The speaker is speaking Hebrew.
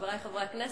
חברי חברי הכנסת,